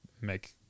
make